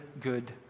good